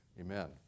amen